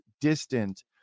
distant